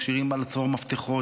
מכשירים על צרור המפתחות,